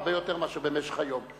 הרבה יותר מאשר במשך היום.